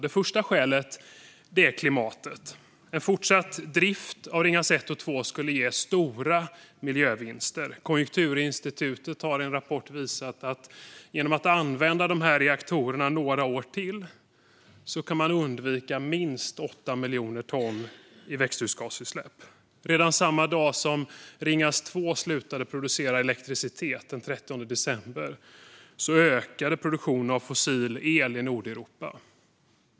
Det första skälet är klimatet. En fortsatt drift av Ringhals 1 och 2 skulle ge stora miljövinster. Konjunkturinstitutet har i en rapport visat man att genom att använda de här reaktorerna några år till kan undvika minst 8 miljoner ton i växthusgasutsläpp. Redan samma dag som Ringhals 2 slutade producera elektricitet, den 30 december, ökade produktionen av fossil el i Nordeuropa.